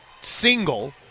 single